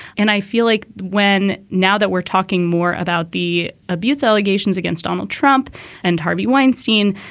and i feel like when now that we're talking more about the abuse allegations against donald trump and harvey weinstein,